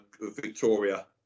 victoria